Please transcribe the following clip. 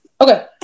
Okay